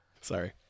Sorry